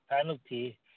penalty